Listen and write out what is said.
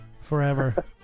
forever